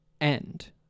end